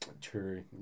True